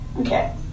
okay